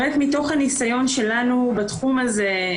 מתוך הניסיון שלנו בתחום הזה,